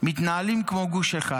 מתנהלים כמו גוש אחד.